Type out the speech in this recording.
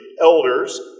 elders